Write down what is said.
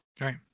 Right